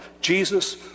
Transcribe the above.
Jesus